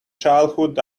childhood